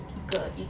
一个一